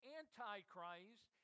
antichrist